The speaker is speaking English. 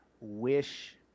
wish